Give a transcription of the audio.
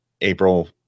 April